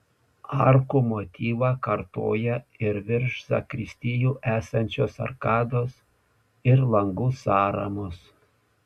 arkų motyvą kartoja ir virš zakristijų esančios arkados ir langų sąramos